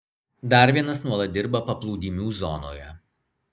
dar vienas nuolat dirba paplūdimių zonoje